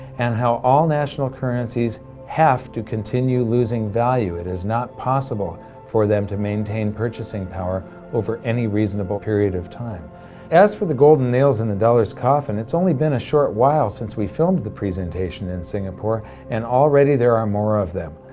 and how all national currencies have to continue losing value it is not possible for them to maintain purchasing power over any reasonable period of time as for the golden nails in the dollar's coffin, it's only been a short while since we filmed the presentation in singapore and already there are more of them.